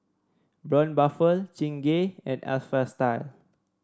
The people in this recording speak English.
Braun Buffel Chingay and Alpha Style